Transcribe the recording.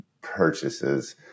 purchases